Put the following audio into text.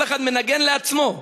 כל אחד מנגן לעצמו,